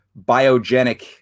biogenic